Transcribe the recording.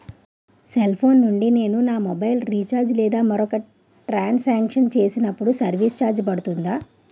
Cell phone నుండి నేను నా మొబైల్ రీఛార్జ్ లేదా మరొక ట్రాన్ సాంక్షన్ చేసినప్పుడు సర్విస్ ఛార్జ్ పడుతుందా?